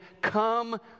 come